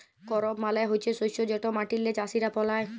করপ মালে হছে শস্য যেট মাটিল্লে চাষীরা ফলায়